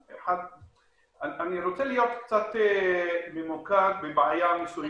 אני רוצה להיות קצת ממוקד בבעיה מסוימת.